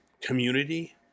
community